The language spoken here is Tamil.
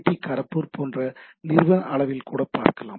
டி கரக்பூர் போன்ற நிறுவன அளவில் கூட பார்க்கலாம்